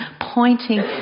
Pointing